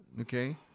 okay